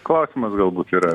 klausimas galbūt yra